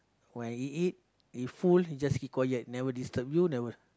while he eat he eat full he just keep quiet never disturb you never